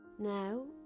Now